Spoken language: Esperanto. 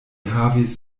havis